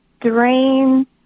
Drain